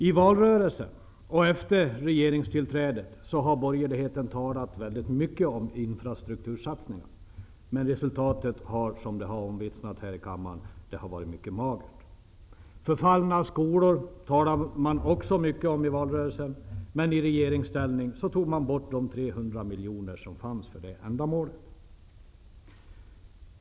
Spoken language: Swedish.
I valrörelsen och efter regeringstillträdet har borgerligheten talat mycket om infrastruktursatsningar -- men resultatet har, vilket har omvittnats här i kammaren, varit mycket magert. Förfallna skolor talade man också mycket om i valrörelsen -- men i regeringsställning tog man bort de 300 miljoner som fanns för det ändamålet.